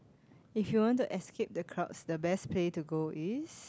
if you want to escape the crowds the best place to go is